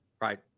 Right